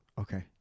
Okay